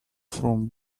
from